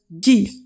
give